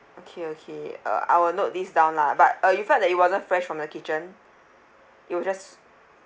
okay okay uh I will note this down lah but uh you felt that it wasn't fresh from the kitchen it was just